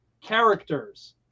characters